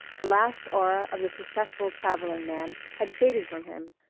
the last aura of the successful travelling-man had faded from him,